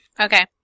Okay